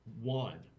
one